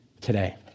today